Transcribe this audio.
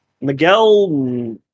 Miguel